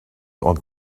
ond